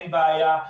אין בעיה.